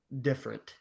different